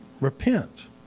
repent